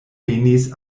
venis